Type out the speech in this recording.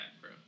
bro